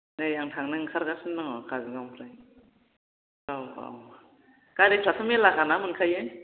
नै आं थांनो ओंखारगासिनो दङ काजलगावनिफ्राय औ औ गारिफ्राथ' मेरलाखा ना मोनखायो